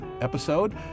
episode